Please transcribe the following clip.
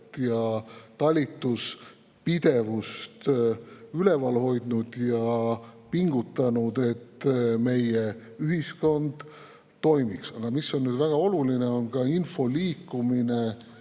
ja talituspidevust üleval hoidnud ja pingutanud, et meie ühiskond toimiks. Aga väga oluline on ka info liikumine